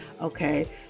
okay